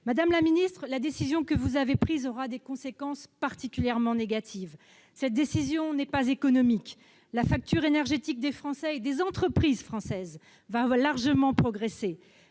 Madame la ministre, la décision que vous avez prise aura des conséquences particulièrement négatives. Cette décision n'est pas économique : la facture énergétique des Français et des entreprises françaises va largement progresser.